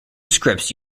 scripts